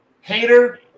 Hater